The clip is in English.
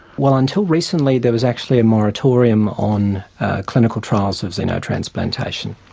well, until recently there was actually a moratorium on clinical trials of xenotransplantation.